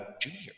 Junior